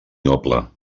noble